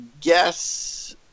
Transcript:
guess